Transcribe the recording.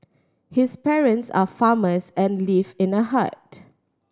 his parents are farmers and live in a hut